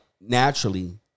naturally